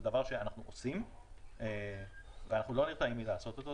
זה דבר שאנחנו עושים ואנחנו לא נרתעים מלעשות אותו.